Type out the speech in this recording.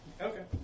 Okay